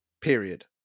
period